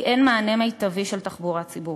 כי אין מענה מיטבי של תחבורה ציבורית.